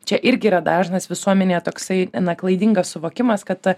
čia irgi yra dažnas visuomenėje toksai na klaidingas suvokimas kad ta